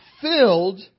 filled